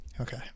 Okay